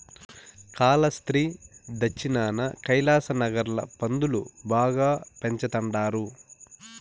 కాలాస్త్రి దచ్చినాన కైలాసనగర్ ల పందులు బాగా పెంచతండారు